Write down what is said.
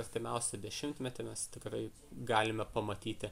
artimiausią dešimtmetį mes tikrai galime pamatyti